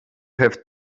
have